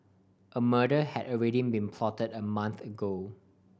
a murder had already been plotted a month ago